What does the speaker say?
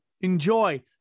enjoy